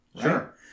Sure